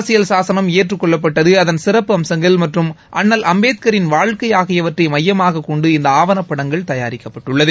அரசியல் சாசனம் ஏற்றுக்கொள்ளப்பட்டது அதன் சிறப்பு அம்சங்கள் மற்றும் அண்ணல் அம்பேத்கரின் வாழ்க்கை ஆகியவற்றை மையமாக கொண்டு இந்த ஆவண படங்கள் தயாரிக்கப்பட்டுள்ளது